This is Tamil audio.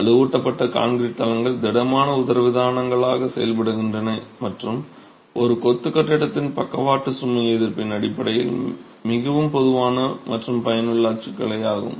வலுவூட்டப்பட்ட கான்கிரீட் தளங்கள் திடமான உதரவிதானங்களாக செயல்படுகின்றன மற்றும் ஒரு கொத்து கட்டிடத்தின் பக்கவாட்டு சுமை எதிர்ப்பின் அடிப்படையில் மிகவும் பொதுவான மற்றும் பயனுள்ள அச்சுக்கலை ஆகும்